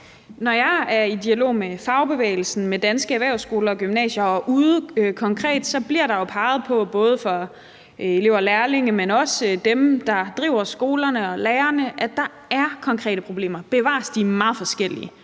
Når jeg er i dialog med fagbevægelsen, med danske erhvervsskoler og gymnasier og er ude konkret, så bliver der jo af både elever og lærlinge, men også af dem, der driver skolerne, og lærerne, peget på, at der er konkrete problemer. Bevares, de er meget forskellige,